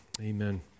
Amen